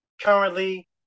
Currently